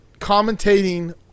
commentating